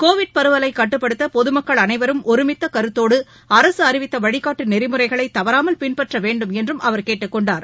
Covid பரவலை கட்டுப்படுத்த பொது மக்கள் அளைவரும் ஒருமித்த கருத்தோடு அரசு அறிவித்த வழிகாட்டு நெறிமுறைகளை தவறாமல் பின்பற்ற வேண்டும் என்றும் அவர் கேட்டுக்கொண்டார்